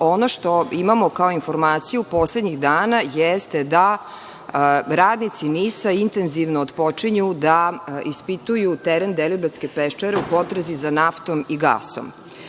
ono što imamo kao informaciju poslednjih dana jeste da radnici NIS-a intenzivno otpočinju da ispituju teren Deliblatske peščare u potrazi za naftom i gasom.U